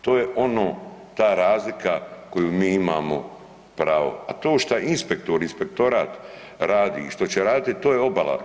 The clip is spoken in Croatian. To je ono ta razlika koju mi imamo pravo, a to što inspektor, inspektorat radi i što će raditi to je obala.